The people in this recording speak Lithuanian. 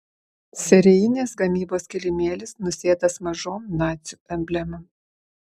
serijinės gamybos kilimėlis nusėtas mažom nacių emblemom